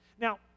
Now